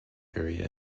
area